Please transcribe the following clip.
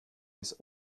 bis